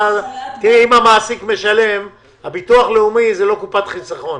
אם המעסיק משלם, הביטוח הלאומי זה לא קופת חיסכון